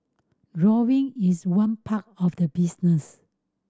rolling is one part of the business